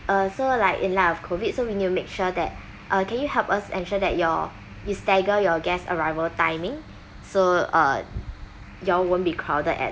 uh so like in line of COVID so we need to make sure that uh can you help us ensure that your you stagger your guest's arrival timing so uh you all won't be crowded at